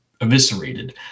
eviscerated